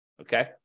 okay